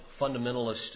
fundamentalist